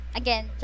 again